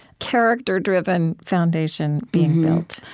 character-driven foundation being built?